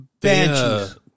banshees